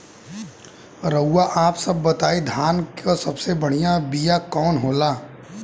रउआ आप सब बताई धान क सबसे बढ़ियां बिया कवन होला?